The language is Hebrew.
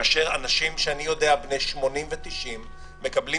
כאשר אנשים שאני יודע בני 80 ו-90 רוצים